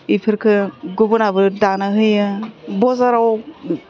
बेफोरखौ गुबुनाबो दानो होयो बजाराव